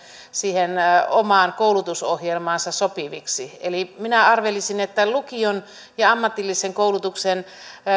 hänelle siihen hänen omaan koulutusohjelmaansa sopiviksi eli minä arvelisin että lukion ja ja ammatillisen koulutuksen